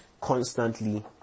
constantly